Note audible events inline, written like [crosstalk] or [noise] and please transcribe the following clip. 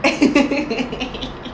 [laughs]